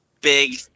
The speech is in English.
big